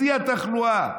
בשיא התחלואה.